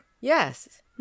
Yes